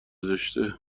زشته